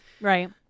right